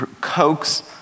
coax